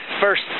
first